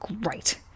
great